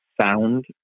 sound